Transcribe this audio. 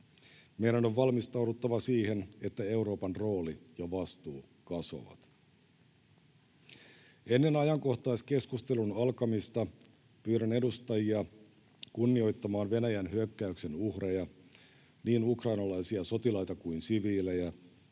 Meidän on valmistauduttava siihen, että Euroopan rooli ja vastuu kasvavat. Ennen ajankohtaiskeskustelun alkamista pyydän edustajia kunnioittamaan Venäjän hyökkäyksen uhreja, niin ukrainalaisia sotilaita kuin siviilejä,